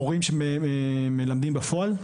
זה מורים שמלמדים בפועל?